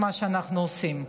מה שאנחנו עושים,